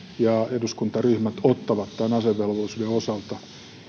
ja eduskuntaryhmät ottavat tämän asevelvollisuuden osalta